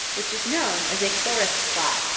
which is known as a forest plot.